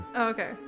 Okay